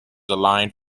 aligned